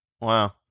Wow